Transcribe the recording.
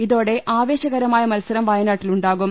ഇതോടെ ആവേശകരമായ മത്സരം വയനാട്ടിൽ ഉണ്ടാകും